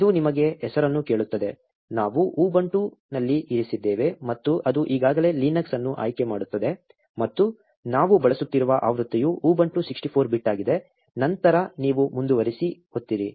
ಇದು ನಿಮಗೆ ಹೆಸರನ್ನು ಕೇಳುತ್ತದೆ ನಾವು ಉಬುಂಟುನಲ್ಲಿ ಇರಿಸಿದ್ದೇವೆ ಮತ್ತು ಅದು ಈಗಾಗಲೇ ಲಿನಕ್ಸ್ ಅನ್ನು ಆಯ್ಕೆ ಮಾಡುತ್ತದೆ ಮತ್ತು ನಾವು ಬಳಸುತ್ತಿರುವ ಆವೃತ್ತಿಯು ಉಬುಂಟು 64 ಬಿಟ್ ಆಗಿದೆ ನಂತರ ನೀವು ಮುಂದುವರಿಸಿ ಒತ್ತಿರಿ